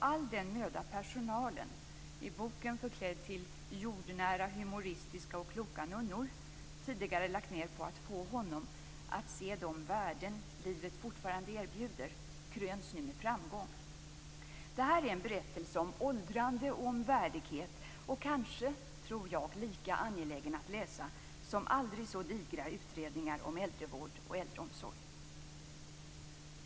All den möda personalen, i boken förklädd till jordnära, humoristiska och kloka nunnor, tidigare har lagt ned på att få honom att se de värden som livet fortfarande erbjuder kröns nu med framgång. Detta är en berättelse om åldrande och värdighet, och kanske lika angelägen att läsa som aldrig så digra utredningar om äldrevård och äldreomsorg.